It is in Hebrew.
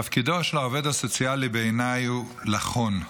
תפקידו של העובד הסוציאלי, בעיניי, הוא לחון.